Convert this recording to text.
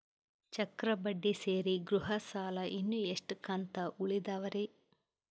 ಚಕ್ರ ಬಡ್ಡಿ ಸೇರಿ ಗೃಹ ಸಾಲ ಇನ್ನು ಎಷ್ಟ ಕಂತ ಉಳಿದಾವರಿ?